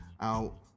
out